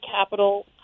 capital